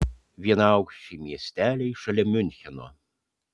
vienaaukščiai miesteliai šalia miuncheno